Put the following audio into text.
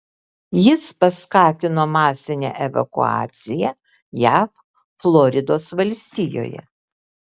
jis paskatino masinę evakuaciją jav floridos valstijoje